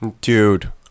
Dude